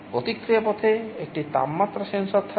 প্রতিক্রিয়া পথে একটি তাপমাত্রা সেন্সর থাকবে